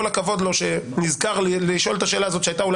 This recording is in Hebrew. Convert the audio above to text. כל הכבוד לו שנזכר לשאול את השאלה הזאת שהייתה אולי